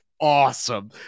Awesome